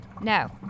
No